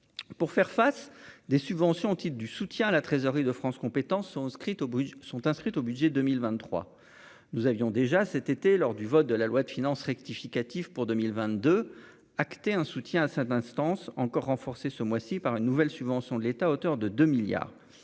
pour faire face, des subventions au titre du soutien à la trésorerie de France compétents sont inscrites au budget sont inscrites au budget 2023, nous avions déjà cet été lors du vote de la loi de finances rectificative pour 2022 acté un soutien à cette instance encore renforcer ce mois-ci par une nouvelle subvention de l'État à hauteur de 2 milliards